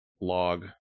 log